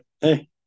hey